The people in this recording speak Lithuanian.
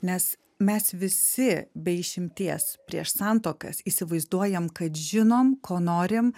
nes mes visi be išimties prieš santuoką įsivaizduojam kad žinom ko norim